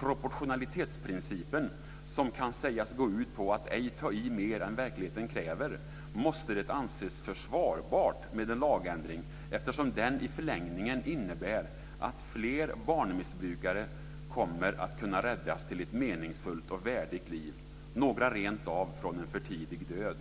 proportionalitetsprincipen, som kan sägas gå ut på att ej ta i mer än verkligheten kräver, måste det anses försvarbart med en lagändring, eftersom den i förlängningen innebär att fler barnmissbrukare kommer att kunna räddas till ett meningsfullt och värdigt liv, några rentav från en för tidig död.